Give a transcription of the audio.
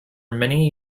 many